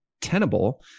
tenable